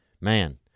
Man